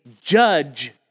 judge